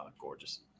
gorgeous